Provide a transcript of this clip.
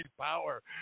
power